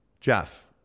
Jeff